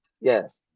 Yes